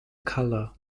color